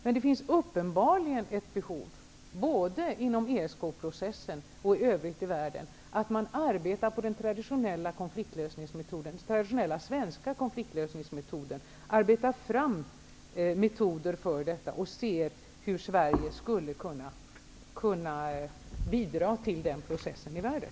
Men det finns uppenbarligen ett behov, både inom ESK processen och i övrigt i världen, att man med den traditionella svenska konfliktlösningsmetoden arbetar på detta och ser hur Sverige skulle kunna bidra till den processen i världen.